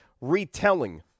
retelling